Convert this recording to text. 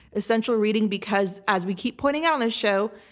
essential reading because, as we keep pointing out on this show,